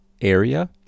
area